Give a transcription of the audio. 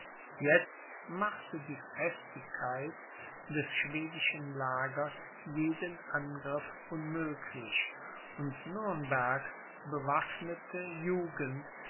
jetzt machte die festigkeit des schwedischen lagers jeden angriff unmöglich und nürnbergs bewaffnete jugend